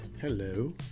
Hello